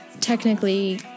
technically